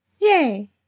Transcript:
Yay